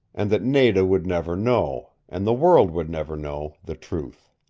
and that nada would never know, and the world would never know the truth.